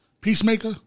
Peacemaker